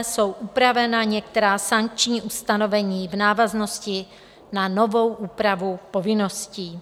Jsou upravena některá sankční ustanovení v návaznosti na novou úpravu povinností.